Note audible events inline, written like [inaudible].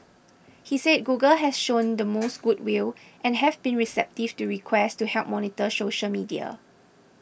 he said Google has shown the [noise] most good will and have been receptive to requests to help monitor social media